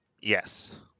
Yes